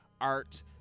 art